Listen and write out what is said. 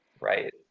right